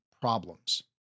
problems